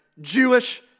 Jewish